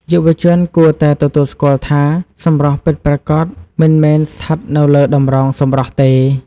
យុវជនគួរតែទទួលស្គាល់ថាសម្រស់ពិតប្រាកដមិនមែនស្ថិតនៅលើតម្រងសម្រស់ទេ។